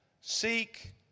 seek